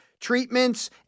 treatments